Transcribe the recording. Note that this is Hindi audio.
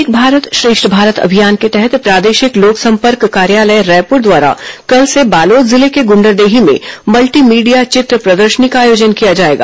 एक भारत श्रेष्ठ भारत अभियान के तहत प्रादेशिक लोकसंपर्क कार्यालय रायपुर द्वारा कल से बालोद जिले के गुंडरदेही में मल्टी मीडिया चित्र प्रदर्शनी का आयोजन किया जाएगा